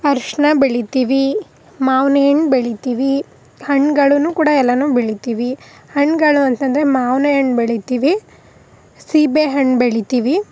ಅರಶಿಣ ಬೆಳಿತೀವಿ ಮಾವಿನ ಹಣ್ಣು ಬೆಳಿತೀವಿ ಹಣ್ಣುಗಳೂ ಕೂಡ ಎಲ್ಲನೂ ಬೆಳಿತೀವಿ ಹಣ್ಣುಗಳು ಅಂತ ಅಂದ್ರೆ ಮಾವಿನ ಹಣ್ಣು ಬೆಳಿತೀವಿ ಸೀಬೆ ಹಣ್ಣು ಬೆಳಿತೀವಿ